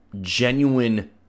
genuine